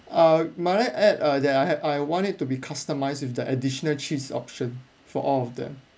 err may I add uh that I had I want it to be customized with the additional cheese option for all of them